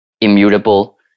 immutable